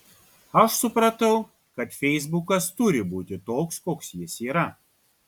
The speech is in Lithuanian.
aš supratau kad feisbukas turi būti toks koks jis yra